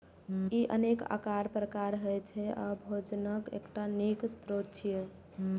ई अनेक आकार प्रकार के होइ छै आ भोजनक एकटा नीक स्रोत छियै